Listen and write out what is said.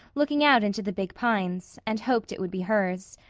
looking out into the big pines, and hoped it would be hers.